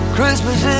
Christmas